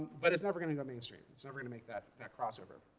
but it's never going to go mainstream. it's never going to make that that crossover.